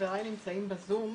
חבריי נמצאים בזום,